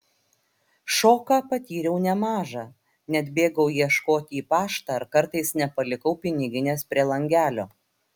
šoką patyriau nemažą net bėgau ieškoti į paštą ar kartais nepalikau piniginės prie langelio